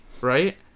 right